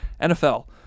NFL